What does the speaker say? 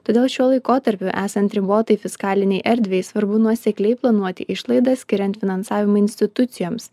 todėl šiuo laikotarpiu esant ribotai fiskalinei erdvei svarbu nuosekliai planuoti išlaidas skiriant finansavimą institucijoms